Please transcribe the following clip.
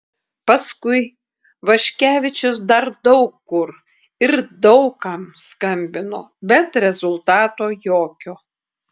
paskui vaškevičius dar daug kur ir daug kam skambino bet rezultato jokio